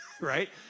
right